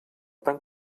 tant